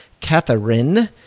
Catherine